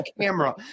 camera